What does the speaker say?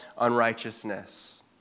unrighteousness